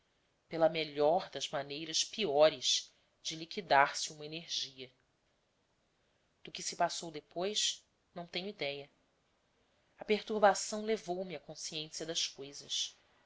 pela melhor das maneiras piores de liquidar se uma energia do que se passou depois não tenho idéia a perturbação levou-me a consciência das coisas